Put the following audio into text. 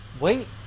wait